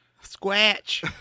scratch